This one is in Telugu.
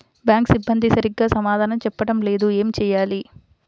బ్యాంక్ సిబ్బంది సరిగ్గా సమాధానం చెప్పటం లేదు ఏం చెయ్యాలి?